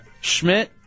Schmidt